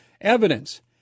evidence